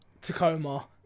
Tacoma